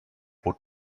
would